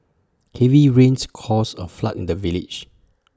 heavy rains caused A flood in the village